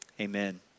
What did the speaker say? Amen